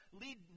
lead